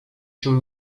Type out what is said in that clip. się